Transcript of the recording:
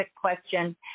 question